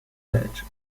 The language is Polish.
lecz